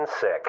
sick